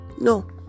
No